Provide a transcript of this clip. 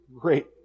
great